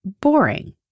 boring